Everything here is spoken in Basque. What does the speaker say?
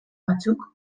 batzuk